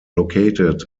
located